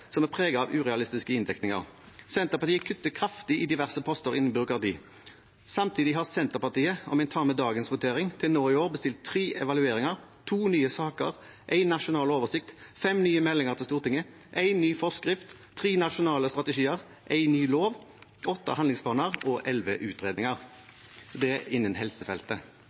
som er preget av urealistiske inndekninger. Senterpartiet kutter kraftig i diverse poster innen byråkrati. Samtidig har Senterpartiet, om en tar med dagens votering, til nå i år bestilt tre evalueringer, to nye saker, en nasjonal oversikt, fem nye meldinger til Stortinget, en ny forskrift, tre nasjonale strategier, en ny lov, åtte handlingsplaner og elleve utredninger – og det er innen helsefeltet.